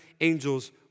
angels